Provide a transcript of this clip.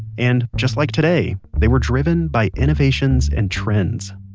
and just like today, they were driven by innovations and trends